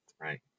right